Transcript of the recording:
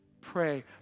pray